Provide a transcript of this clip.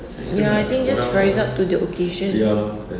ya I think just rise up to the occasion